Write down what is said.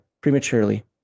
prematurely